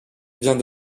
vient